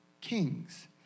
kings